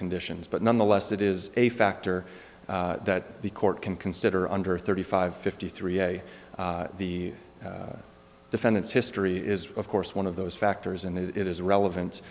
conditions but nonetheless that is a factor that the court can consider under thirty five fifty three a the defendant's history is of course one of those factors and it is relevant